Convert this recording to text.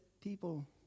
people